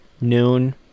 noon